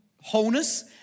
wholeness